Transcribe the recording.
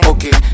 Okay